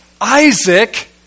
Isaac